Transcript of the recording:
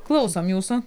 klausom jūsų